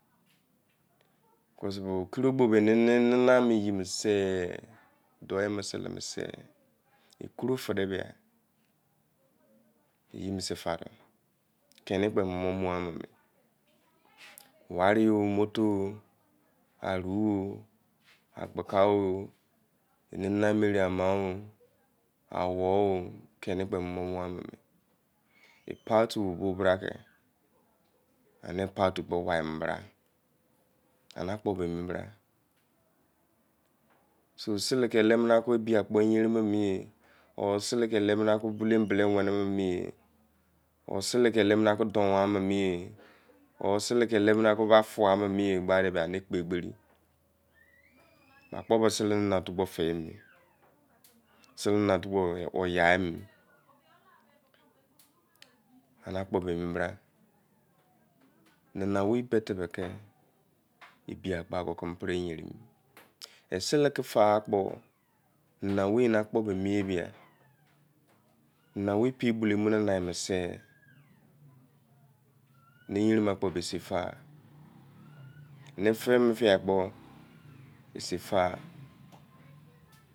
Kow fa dei hela yarbo sei fa-ala ware, nioto, aru, agbuka oh, enana mena erema-eh awonh kene kpi wan, ma, pa-ri ke ba-bra-ke, pai ra ke wia mu-bra ene akpo emi-bra, or sele ke ene akpo ke wene bulou mu numi-eb, eneme kpegberi akpo sele nanata-kpo fei mene, ene akpo ke mie bra nahaowa botebe ke ebiyenin ko peremew, sele ke faigha kpo nana owei pre gbolu nana tue sei fai mene- fia kpo sei fa.